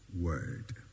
Word